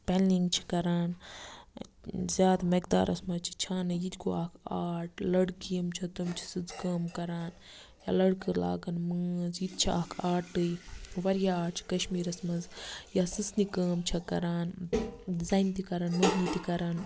پیٚنلنٛگ چھِ کَران زیادٕ مقدارَس منٛز چھِ چھانٕے یِتہِ گوٚو اَکھ آرٹ لڑکی یِم چھِ تِم چھ سٕژٕ کٲم کَران یا لٔڑکہٕ لاگَن مٲنٛز یِتہِ چھِ اَکھ آرٹٕے واریاہ آرٹ چھِ کَشمیرَس منٛز یا سٕژنہِ کٲم چھ کَران زَنہِ تہِ مہنی تہِ کَران